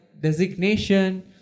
designation